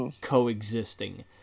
coexisting